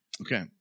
Okay